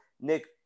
Nick